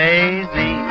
Lazy